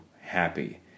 happy